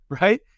right